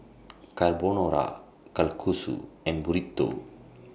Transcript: Carbonara Kalguksu and Burrito